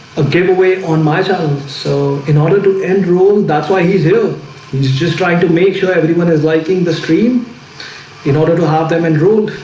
a giveaway on my channel. so in order to end rule, that's why he's here. he's just trying to make sure everyone is liking the stream in order to have them in route